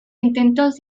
intentos